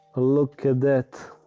ah look at that